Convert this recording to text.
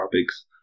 topics